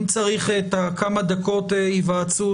אם צריך כמה דקות היוועצות,